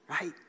Right